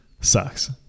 sucks